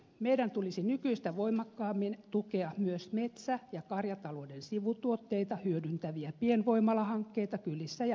meidän tulisi nykyistä voimakkaammin tukea myös metsä ja karjatalouden sivutuotteita hyödyntäviä pienvoimalahankkeita kylissä ja maatiloilla